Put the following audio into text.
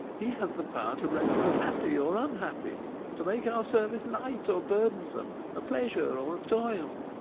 he has the power to render us happy or unhappy to make our service light or burdensome a pleasure or a toil.